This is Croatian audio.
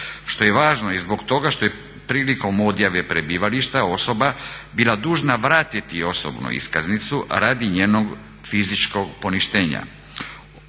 što je važno i zbog toga što je prilikom odjave prebivališta osoba bila dužna vratiti osobnu iskaznicu radi njenog fizičkog poništenja.